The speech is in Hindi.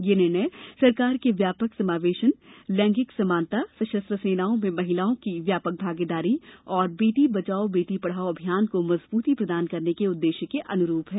यह निर्णय सरकार के व्यापक समावेशन लैंगिक समानता सशस्त्र सेनाओं में महिलाओं की व्यापक भागीदारी और बेटी बचाओ बेटी पढ़ाओ अभियान को मजबूती प्रदान करने के उद्देश्यों के अनुरूप है